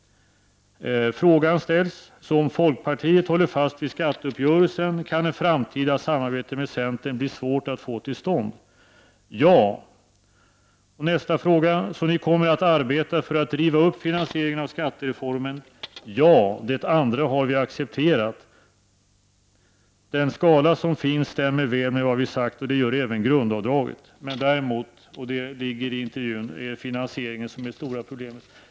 Frågan ställs så här: Om folkpartiet håller fast vid skatteuppgörelsen kan ett framtida samarbete med centern bli svårt att få till stånd? — Ja. Nästa fråga: Så ni kommer att arbeta för att riva upp finansieringen av skattereformen? — Ja. Det andra har vi accepterat. Den skala som finns stämmer väl med vad vi har sagt, och det gör även grundavdraget. Det framgår av intervjun att det är finansieringen som är det stora problemet.